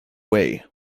way